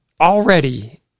already